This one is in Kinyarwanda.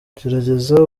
gerageza